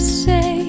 say